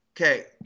Okay